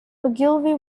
ogilvy